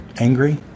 angry